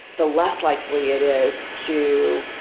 the less likely it is to